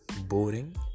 boring